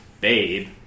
Babe